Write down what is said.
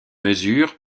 mesure